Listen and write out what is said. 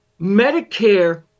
Medicare